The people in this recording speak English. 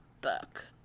book